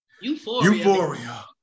Euphoria